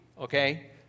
okay